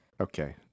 Okay